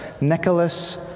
Nicholas